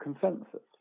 consensus